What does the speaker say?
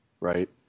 right